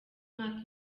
mwaka